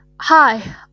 Hi